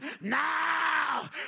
Now